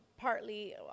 partly